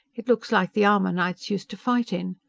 it looks like the armor knights used to fight in.